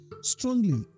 strongly